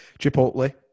Chipotle